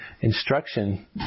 instruction